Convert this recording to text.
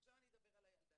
עכשיו אני אדבר על הילדה.